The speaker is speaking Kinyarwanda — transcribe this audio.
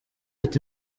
ati